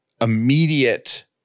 immediate